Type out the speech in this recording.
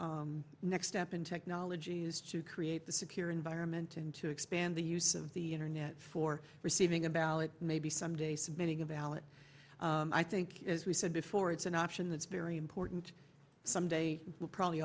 our next step in technology is to create a secure environment and to expand the use of the internet for receiving a ballot maybe someday submitting a valid i think as we said before it's an option that's very important some day we'll probably